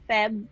Feb